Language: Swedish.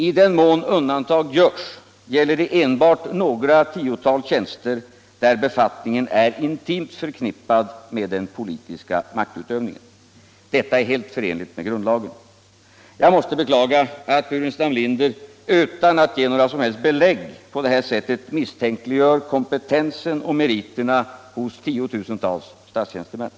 I den mån undantag görs gäller det enbart några tiotal tjänster, där befattningarna är intimt förknippade med den politiska maktutövningen. Detta är helt förenligt med grundlagen. Jag måste beklaga att herr Burenstam Linder utan att ge några som helst belägg för sina påståenden på detta sätt misstänkliggör kom "petensen och meriterna hos tiotusentals statstjänstemän.